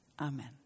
Amen